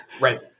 Right